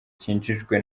cinjijwe